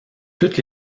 toutes